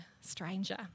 stranger